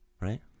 right